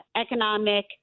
economic